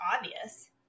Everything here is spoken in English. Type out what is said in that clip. obvious